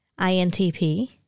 INTP